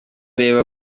reba